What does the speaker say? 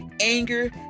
anger